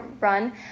run